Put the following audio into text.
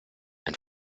ein